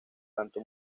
tanto